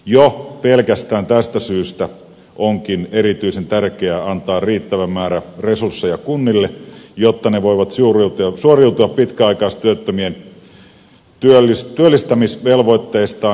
jo pelkästään tästä syystä onkin erityisen tärkeää antaa riittävä määrä resursseja kunnille jotta ne voivat suoriutua pitkäaikaistyöttömien työllistämisvelvoitteistaan